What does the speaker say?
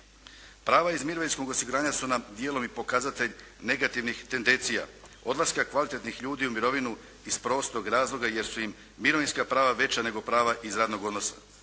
Prava iz mirovinskog osiguranja su nam dijelom i pokazatelj negativnih tendencija, odlaska kvalitetnih ljudi u mirovinu iz prostog razloga jer su im mirovinska prava veća nego prava iz radnog odnosa.